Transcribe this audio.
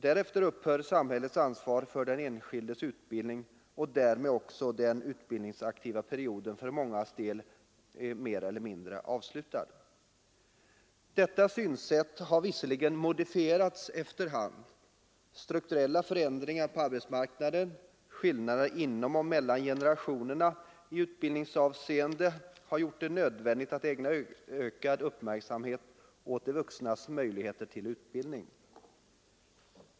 Därefter upphör samhällets ansvar för den enskildes utbildning, och därmed är också den utbildningsaktiva perioden för mångas del mer eller mindre avslutad. Detta synsätt har visserligen modifierats efter hand. Strukturella förändringar på arbetsmarknaden och skillnader inom och mellan generationerna i utbildningsavseende har gjort det nödvändigt att ägna ökad uppmärksamhet åt de vuxnas möjligheter till utbildning.